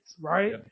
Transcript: right